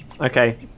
Okay